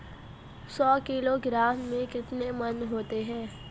सौ किलोग्राम में कितने मण होते हैं?